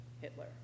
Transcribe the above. Hitler